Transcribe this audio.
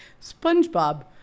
Spongebob